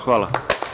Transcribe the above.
Hvala.